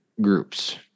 groups